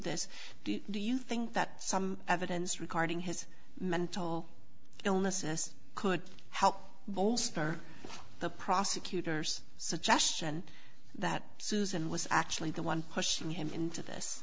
this do you think that some evidence regarding his mental illness s could help bolster the prosecutor's suggestion that susan was actually the one pushing him into this